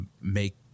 make